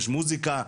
יש מוזיקה.